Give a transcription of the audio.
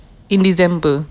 in december